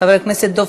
חבר הכנסת דב